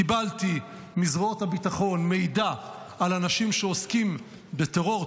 קיבלתי מזרועות הביטחון מידע על אנשים שעוסקים בטרור,